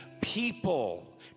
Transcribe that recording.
people